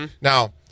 Now